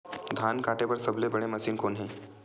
धान काटे बार सबले बने मशीन कोन हे?